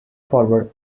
forward